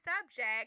subject